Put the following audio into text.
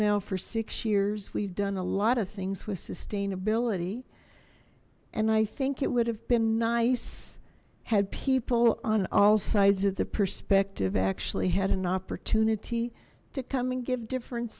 now for six years we've done a lot of things with sustainability and i think it would have been nice had people on all sides of the perspective actually had an opportunity to come and give different